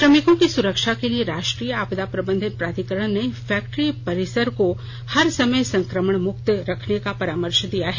श्रमिकों की सुरक्षा के लिए राष्ट्रीय आपदा प्रबंधन प्राधिकरण ने फैक्ट्री परिसर को हर समय संक्रमण मुक्त करने का परामर्श दिया है